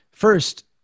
First